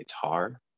guitar